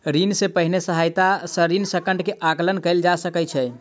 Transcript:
ऋण सॅ पहिने सहायता सॅ ऋण संकट के आंकलन कयल जा सकै छै